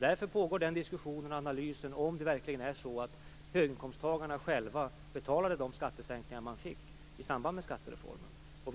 Därför pågår det en diskussion och görs en analys av om det verkligen är så att höginkomsttagarna själva betalade de skattesänkningar som de fick i samband med skattereformen.